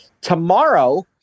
tomorrow